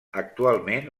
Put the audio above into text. actualment